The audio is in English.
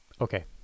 okay